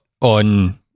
on